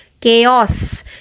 chaos